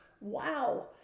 wow